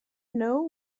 know